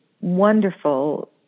wonderful